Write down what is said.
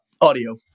audio